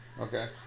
Okay